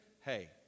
hey